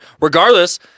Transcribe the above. Regardless